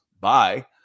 Bye